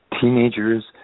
teenagers